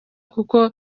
kuko